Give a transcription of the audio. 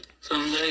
Someday